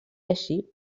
així